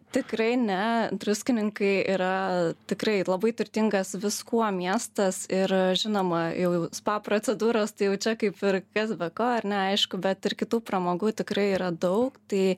tikrai ne druskininkai yra tikrai labai turtingas viskuo miestas ir žinoma jau spa procedūros tai jau čia kaip ir kas be ko ar ne aišku bet ir kitų pramogų tikrai yra daug tai